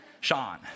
Sean